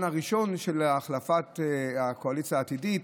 הראשון של החלפת הקואליציה העתידית,